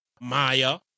Maya